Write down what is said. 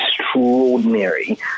extraordinary